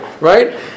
right